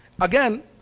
Again